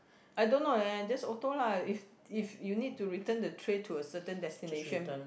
I don't know leh just auto lah if if you need to return the tray to a certain destination